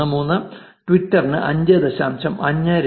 13 ട്വിറ്ററിന് 5